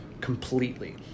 completely